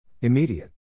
Immediate